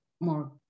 more